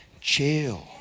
chill